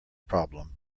problem